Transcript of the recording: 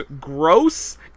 gross